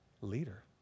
leader